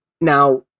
Now